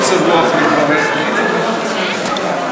תפטר אותו,